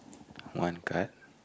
one card